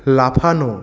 লাফানো